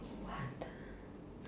what the